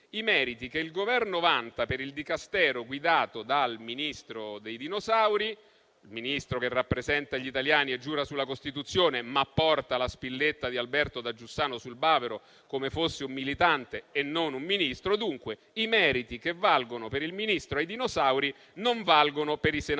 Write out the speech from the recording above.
meriti che il Governo vanta per il dicastero guidato dal Ministro dei dinosauri - il Ministro che rappresenta gli italiani e giura sulla Costituzione, ma porta sul bavero la spilletta di Alberto da Giussano, come fosse un militante e non un Ministro - che valgono per il Ministro dei dinosauri, non valgono per i senatori